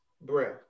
breath